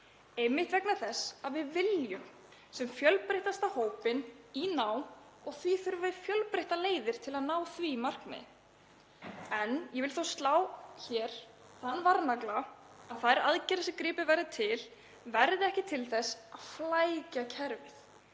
einmitt vegna þess að við viljum sem fjölbreyttastan hóp í nám og því þurfum við fjölbreyttar leiðir til að ná því markmiði. Ég vil þó slá hér þann varnagla að þær aðgerðir sem gripið verður til verði ekki til þess að flækja kerfið.